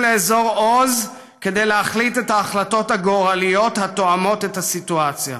לאזור עוז כדי להחליט את ההחלטות הגורליות התואמות את הסיטואציה.